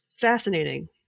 fascinating